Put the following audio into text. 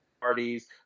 parties